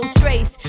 trace